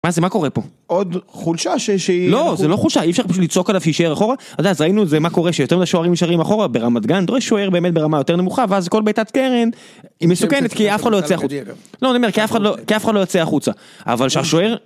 - מה זה, מה קורה פה? עוד חולשה ש.. שהיא.. - לא! זה לא חולשה, אי אפשר פשוט לצעוק עליו שישאר אחורה? יודע אז ראינו זה מה קורה שיותר מדי שוערים נשארים אחורה ברמת גן, דורש שוער באמת ברמה יותר נמוכה ואז כל בעיטת קרן היא מסוכנת, כי אף אחד לא יוצא החוצה. לא, אני אומר, כי אף אחד לא.. כי אף אחד לא יוצא החוצה, אבל שהשוער